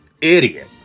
idiot